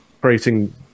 creating